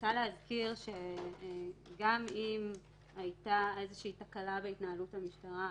רוצה להזכיר שגם אם הייתה איזושהי תקלה בהתנהלות המשטרה,